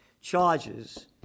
charges